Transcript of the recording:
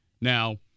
Now